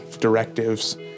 directives